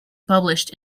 published